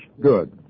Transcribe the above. Good